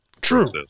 True